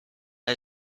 had